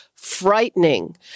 frightening